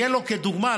Yellow כדוגמה,